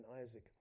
Isaac